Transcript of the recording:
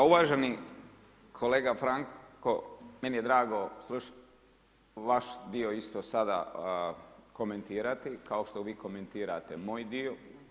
Pa uvaženi kolega Franko, meni je drago slušati vaš dio isto sada komentirati kao što vi komentirate moj dio.